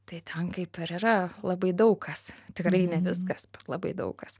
tai ten kaip ir yra labai daug kas tikrai ne viskas labai daug kas